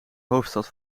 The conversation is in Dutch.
hoofdstad